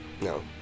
no